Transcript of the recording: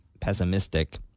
pessimistic